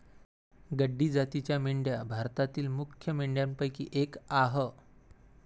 गड्डी जातीच्या मेंढ्या भारतातील मुख्य मेंढ्यांपैकी एक आह